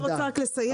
אני רוצה רק לסיים.